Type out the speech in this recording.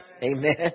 amen